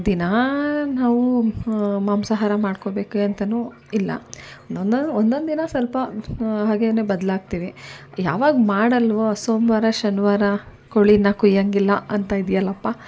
ದಿನಾ ನಾವು ಮಾಂಸಹಾರ ಮಾಡ್ಕೊಳ್ಬೇಕೇ ಅಂತಲೂ ಇಲ್ಲ ಒಂದೊಂದು ಒಂದೊಂದು ದಿನ ಸ್ವಲ್ಪ ಹಾಗೆಯೇ ಬದಲಾಗ್ತೀವಿ ಯಾವಾಗ ಮಾಡೋಲ್ಲವೋ ಸೋಮವಾರ ಶನಿವಾರ ಕೋಳಿನ ಕೊಯ್ಯಂಗಿಲ್ಲ ಅಂತ ಇದೆಯಲ್ಲಪ್ಪ